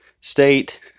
State